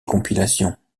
compilations